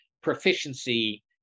proficiency